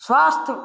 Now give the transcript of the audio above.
स्वास्थ्य